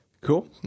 Cool